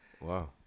Wow